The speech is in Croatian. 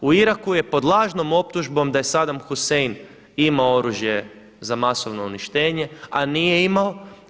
U Iraku je pod lažnom optužbom da je Sadam Husein imao oružje za masovno uništenje, a nije imao.